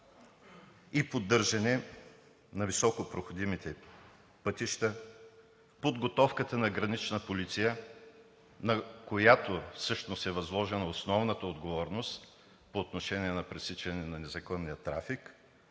и поддържане на високопроходимите пътища, подготовката на „Гранична полиция“, на която всъщност е възложена основната отговорност по отношение на пресичане на незаконния трафик,